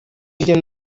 hirya